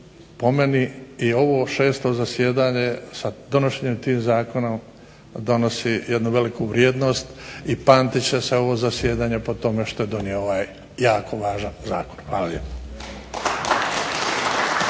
po meni i ovo 6. zasjedanje, sa donošenjem tih zakona donosi jednu veliku vrijednost i pamtit će se ovo zasjedanje po tome što je donio ovaj jako važan zakon. Hvala lijepo.